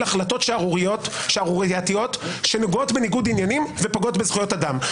החלטות שערורייתיות שנוגעות בניגוד עניינים ופוגעות בזכויות אדם.